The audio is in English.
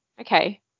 Okay